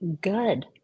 good